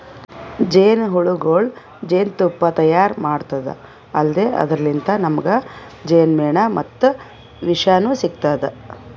ಜೇನಹುಳಗೊಳ್ ಜೇನ್ತುಪ್ಪಾ ತೈಯಾರ್ ಮಾಡದ್ದ್ ಅಲ್ದೆ ಅದರ್ಲಿನ್ತ್ ನಮ್ಗ್ ಜೇನ್ಮೆಣ ಮತ್ತ್ ವಿಷನೂ ಸಿಗ್ತದ್